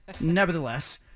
nevertheless